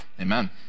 Amen